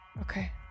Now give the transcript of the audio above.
okay